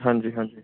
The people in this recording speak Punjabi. ਹਾਂਜੀ ਹਾਂਜੀ